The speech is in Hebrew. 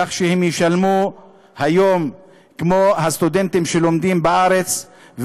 כך שהם ישלמו היום כמו הסטודנטים שלומדים בארץ,